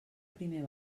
primer